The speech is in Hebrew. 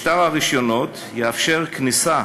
משטר הרישיונות יאפשר כניסה